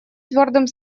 твердым